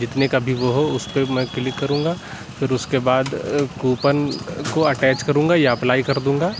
جتنے کا بھی وہ ہو اُس پہ میں کلک کروں گا پھر اُس کے بعد کوپن کو اٹیچ کروں گا یا اپلائی کر دوں گا